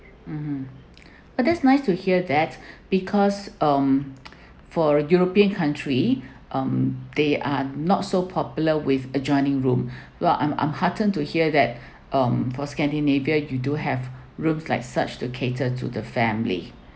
mmhmm uh that's nice to hear that because um for a european country um they are not so popular with adjoining room while I'm I'm heartened to hear that um for scandinavia you do have rooms like such to cater to the family